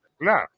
No